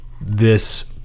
this-